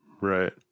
Right